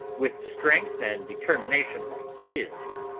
with strength and determination like his,